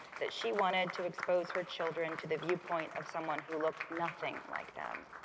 that she wanted to expose her children to the viewpoint of someone who looked nothing like them.